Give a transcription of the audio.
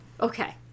Okay